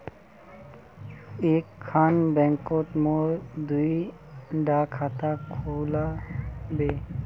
एक खान बैंकोत मोर दुई डा खाता खुल बे?